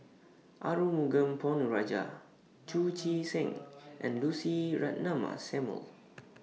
Arumugam Ponnu Rajah Chu Chee Seng and Lucy Ratnammah Samuel